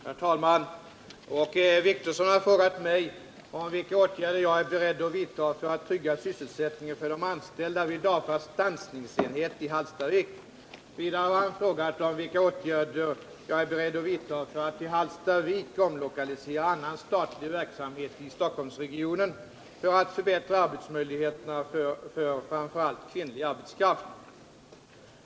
Herr talman! Åke Wictorsson har frågat mig om vilka åtgärder jag är beredd att vidta för att trygga sysselsättningen för de anställda vid DAFA:s stansningsenhet i Hallstavik. Vidare har han frågat om vilka åtgärder jag är beredd att vidta för att till Hallstavik omlokalisera annan statlig verksamhet i Stockholmsregionen för att förbättra arbetsmöjligheterna för framför allt kvinnlig arbetskraft.